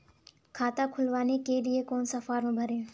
खाता खुलवाने के लिए कौन सा फॉर्म भरें?